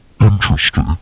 interesting